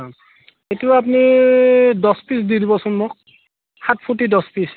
অঁ এইটো আপুনি দছ পিচ দি দিবচোন মোক সাত ফুটি দছ পিচ